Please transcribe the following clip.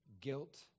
Guilt